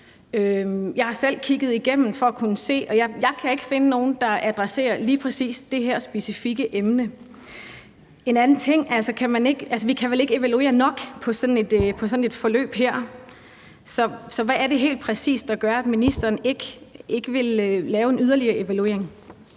Jeg har selv kigget det igennem, og jeg kan ikke finde nogen, der adresserer lige præcis det her specifikke emne. En anden ting er, at vi vel ikke kan evaluere nok på sådan et forløb her, så hvad er det helt præcis, der gør, at ministeren ikke vil lave yderligere en evaluering?